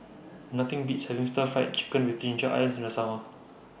Nothing Beats having Stir Fried Chicken with Ginger Onions in The Summer